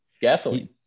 Gasoline